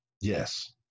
yes